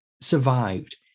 survived